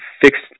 fixed